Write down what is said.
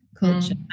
culture